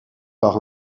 par